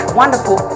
wonderful